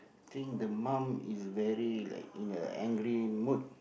think the mum is very like in a angry mood